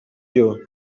you